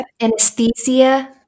Anesthesia